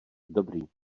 dobrý